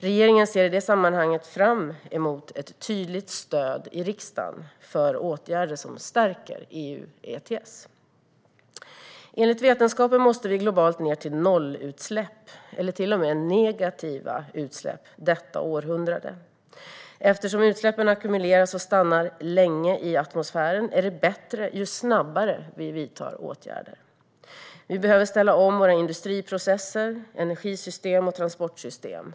Regeringen ser i det sammanhanget fram emot ett tydligt stöd i riksdagen för åtgärder som stärker EU ETS. Enligt vetenskapen måste vi globalt ned till nollutsläpp, eller till och med negativa utsläpp, under detta århundrade. Eftersom utsläppen ackumuleras och stannar länge i atmosfären är det bättre ju snabbare vi vidtar åtgärder. Vi behöver ställa om våra industriprocesser, energisystem och transportsystem.